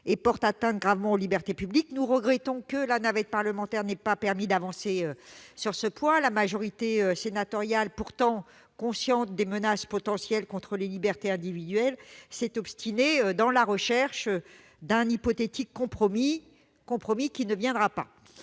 et portent gravement atteinte aux libertés publiques. Nous regrettons que la navette parlementaire n'ait pas permis d'avancer sur ce point. La majorité sénatoriale, pourtant consciente des menaces potentielles contre les libertés individuelles, s'est obstinée dans la recherche d'un hypothétique compromis, lequel ne viendra pas.